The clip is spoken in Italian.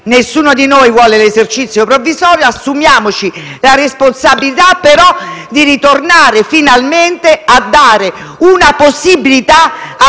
Nessuno di noi vuole l'esercizio provvisorio; assumiamoci però la responsabilità di ritornare finalmente a dare una possibilità a